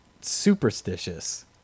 superstitious